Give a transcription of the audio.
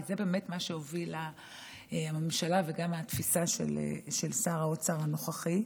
כי זה באמת מה שהובילו בממשלה וגם התפיסה של שר האוצר הנוכחי,